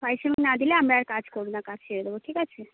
পারিশ্রমিক না দিলে আমরা আর কাজ করব না কাজ ছেড়ে দেব ঠিক আছে